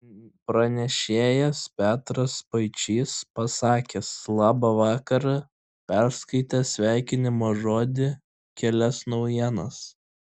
pranešėjas petras spaičys pasakęs labą vakarą perskaitė sveikinimo žodį kelias naujienas